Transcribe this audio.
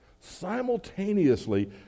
Simultaneously